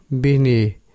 bini